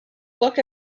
look